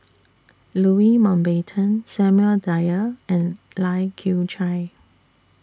Louis Mountbatten Samuel Dyer and Lai Kew Chai